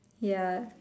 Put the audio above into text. ya